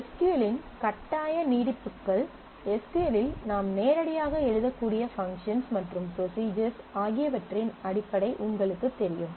S Q L இன் கட்டாய நீட்டிப்புகள் எஸ் க்யூ எல் இல் நாம் நேரடியாக எழுதக்கூடிய பங்க்ஷன்ஸ் மற்றும் ப்ரொஸிஜர்ஸ் ஆகியவற்றின் அடிப்படை உங்களுக்குத் தெரியும்